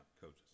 coaches